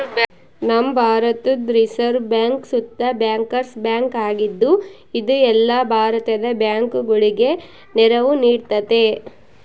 ನಮ್ಮ ಭಾರತುದ್ reserve bank ಸುತ ಬ್ಯಾಂಕರ್ಸ್ ಬ್ಯಾಂಕ್ ಆಗಿದ್ದು, ಇದು ಎಲ್ಲ ಭಾರತದ ಬ್ಯಾಂಕುಗುಳಗೆ ನೆರವು ನೀಡ್ತತೆ